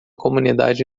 comunidade